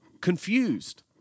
confused